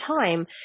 time